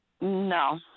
No